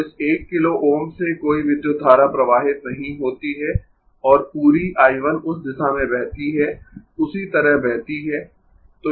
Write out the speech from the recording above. तो इस 1 किलो Ω से कोई विद्युत धारा प्रवाहित नहीं होती है और पूरी I 1 उस दिशा में बहती है उसी तरह बहती है